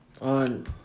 On